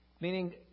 Meaning